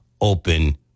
open